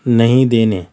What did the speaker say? نہیں دینے